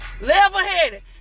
Level-headed